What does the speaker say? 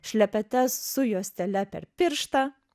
šlepetes su juostele per pirštą